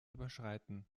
überschreiten